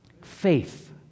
Faith